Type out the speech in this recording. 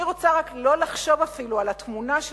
אני רוצה לא לחשוב אפילו על התמונה של